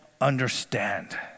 understand